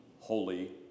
holy